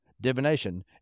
divination